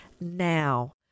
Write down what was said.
now